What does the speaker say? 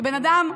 שבן אדם,